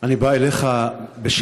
אני בא אליך בשאלותי,